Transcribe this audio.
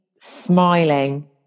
smiling